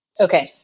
Okay